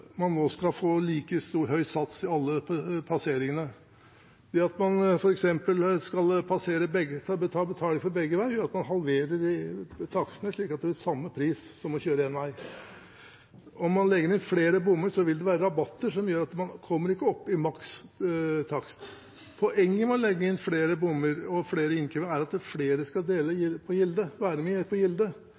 man nå skal få like høy sats i alle passeringene. Det at man f.eks. skal ta betaling for begge veier, gjør jo at man halverer takstene – når det er samme pris som for å kjøre én vei. Om man legger ned flere bommer, vil det være rabatter som gjør at man ikke kommer opp i maks takst. Poenget med å legge inn flere bommer og flere innkrevinger er at flere skal være med og dele på gildet, og at det ikke skal være